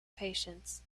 patience